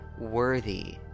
worthy